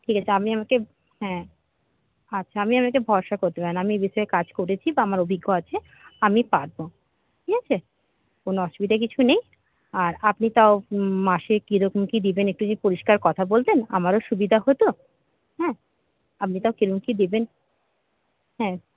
ঠিক আছে আপনি আমাকে হ্যাঁ আচ্ছা আপনি আমাকে ভরসা করতে পারেন আমি এই বিষয়ে কাজ করেছি বা আমার অভিজ্ঞতা আছে আমি পারবো ঠিক আছে কোনো অসুবিধা কিছু নেই আর আপনি তাও মাসে কী রকম কী দেবেন একটু যদি পরিষ্কার কথা বলতেন আমারও সুবিধা হতো হ্যাঁ আপনি তাও কী রকম কী দেবেন হ্যাঁ